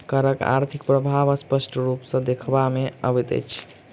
करक आर्थिक प्रभाव स्पष्ट रूप सॅ देखबा मे अबैत अछि